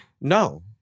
No